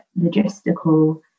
logistical